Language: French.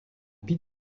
pete